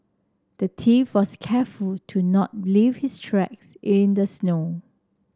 the thief was careful to not leave his tracks in the snow